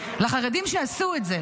לחרדים שעשו את זה,